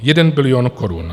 Jeden bilion korun.